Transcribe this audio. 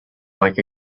like